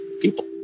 people